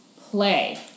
play